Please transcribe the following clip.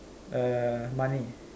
err money